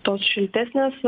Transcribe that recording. tos šiltesnės